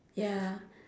ya